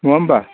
नङा होमब्ला